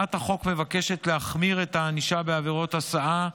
הצעת החוק מבקשת להחמיר את הענישה בעבירות הסעה,